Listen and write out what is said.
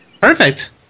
Perfect